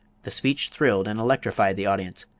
the speech thrilled and electrified the audience.